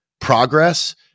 progress